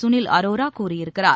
சுனில் அரோரா கூறியிருக்கிறார்